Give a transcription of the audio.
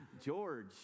George